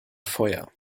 feuer